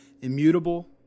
immutable